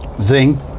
zing